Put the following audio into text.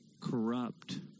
corrupt